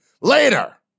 later